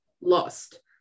lost